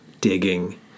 digging